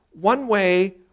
one-way